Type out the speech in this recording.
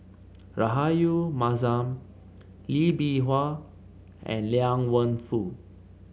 Rahayu Mahzam Lee Bee Wah and Liang Wenfu